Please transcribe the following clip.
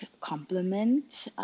complement